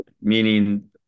meaning